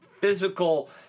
physical